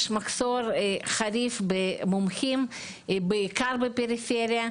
חריף במומחים בעיקר בפריפריה,